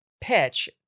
pitch